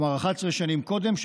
כלומר 11 שנים קודם,